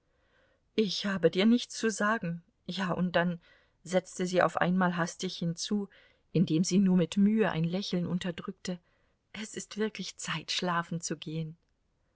ich habe dir nichts zu sagen ja und dann setzte sie auf einmal hastig hinzu indem sie nur mit mühe ein lächeln unterdrückte es ist wirklich zeit schlafen zu gehen